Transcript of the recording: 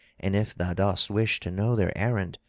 and if thou dost wish to know their errand,